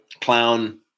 clown